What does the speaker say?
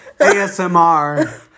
ASMR